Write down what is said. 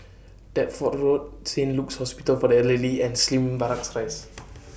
Deptford Road Saint Luke's Hospital For The Elderly and Slim Barracks Rise